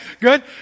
good